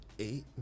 eight